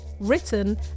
written